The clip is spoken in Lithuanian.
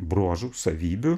bruožų savybių